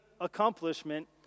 accomplishment